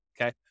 okay